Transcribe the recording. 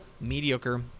mediocre